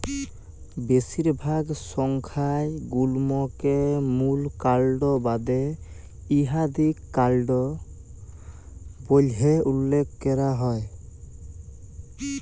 বেশিরভাগ সংখ্যায় গুল্মকে মূল কাল্ড বাদে ইকাধিক কাল্ড ব্যইলে উল্লেখ ক্যরা হ্যয়